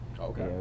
Okay